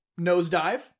nosedive